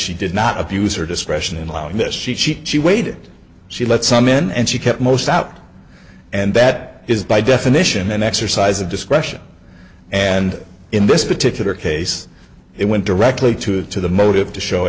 she did not abuse her discretion in allowing this she she waited she let some in and she kept most out and that is by definition an exercise of discretion and in this particular case it went directly to the motive to show